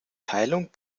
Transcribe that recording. teilung